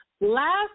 Last